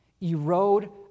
erode